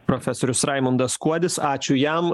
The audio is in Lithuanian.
profesorius raimundas kuodis ačiū jam